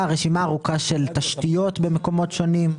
של תשתיות במקומות שונים.